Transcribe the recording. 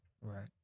Right